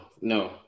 no